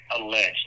alleged